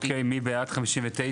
אוקיי, מי בעד 59?